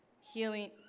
healing